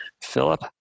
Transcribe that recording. Philip